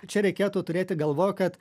čia reikėtų turėti galvoj kad